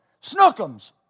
Snookums